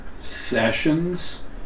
sessions